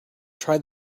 try